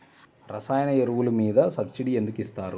రసాయన ఎరువులు మీద సబ్సిడీ ఎందుకు ఇస్తారు?